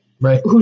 Right